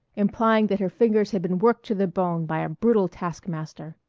implying that her fingers had been worked to the bone by a brutal taskmaster.